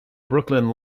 brooklyn